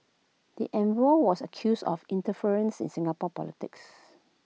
the envoy was accused of interference in Singapore politics